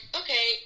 okay